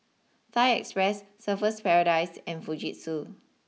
Thai Express Surfer's Paradise and Fujitsu